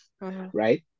right